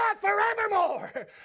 forevermore